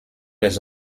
les